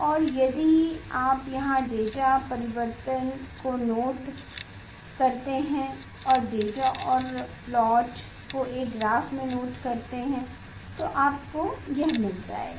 और यदि आप यहां डेटा परिवर्तन को नोट करते हैं और डेटा और प्लॉट को एक ग्राफ में नोट करते हैं तो आपको यह मिल जाएगा